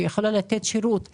שיכולה לתת שירות מינימלי,